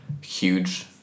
huge